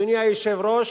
אדוני היושב-ראש,